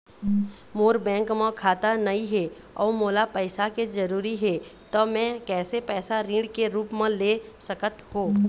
मोर bank म खाता नई हे अउ मोला पैसा के जरूरी हे त मे कैसे पैसा ऋण के रूप म ले सकत हो?